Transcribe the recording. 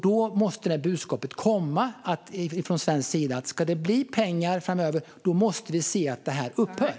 Då måste det här budskapet komma från svensk sida: Ska det bli pengar framöver måste vi se att detta upphör.